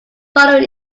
following